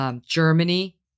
Germany